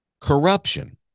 corruption